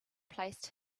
placed